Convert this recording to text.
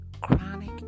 chronic